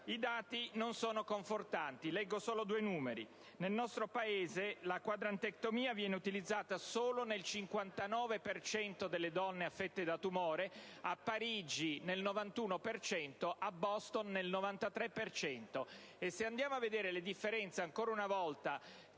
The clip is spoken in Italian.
i dati non sono confortanti. Leggo solo due numeri: nel nostro Paese la quadrantectomia viene utilizzata solo nel 59 per cento delle donne affette da tumore, a Parigi nel 91 per cento, a Boston nel 93